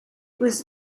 was